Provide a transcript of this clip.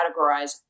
categorize